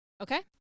okay